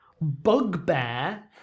bugbear